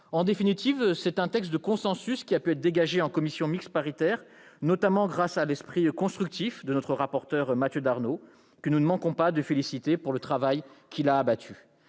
En définitive, c'est un texte de consensus, ce consensus qui a pu être dégagé en commission mixte paritaire, notamment grâce à l'esprit constructif de notre rapporteur, Mathieu Darnaud, que nous ne manquons pas féliciter pour l'important travail qu'il a abattu.